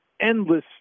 endless